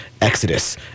Exodus